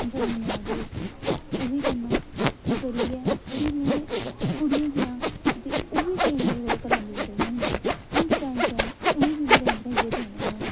drawing एह् एहदे बिच ओह् बी करना ओह् करियै भी में कुड़ियां हियां ते ओह् बी केईं मेरे कोला करांदियां रेहियां हियां में चाएं चाएं उ'नें ई बी ड्राइंग बनाइयै देनी में